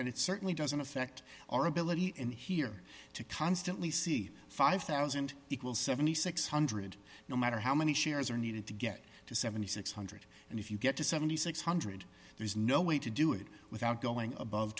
and it certainly doesn't affect our ability in here to constantly see five thousand equal seven thousand six hundred no matter how many shares are needed to get to seven thousand six hundred and if you get to seven thousand six hundred there's no way to do it without going above